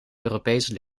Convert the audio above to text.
europese